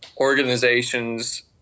organizations